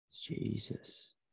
Jesus